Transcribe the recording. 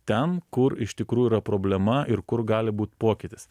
ten kur iš tikrųjų yra problema ir kur gali būt pokytis